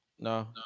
No